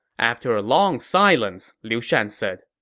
after a long silence, liu shan said,